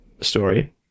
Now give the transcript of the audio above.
story